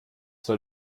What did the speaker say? soll